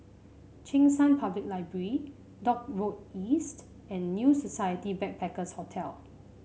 Cheng San Public Library Dock Road East and New Society Backpackers' Hotel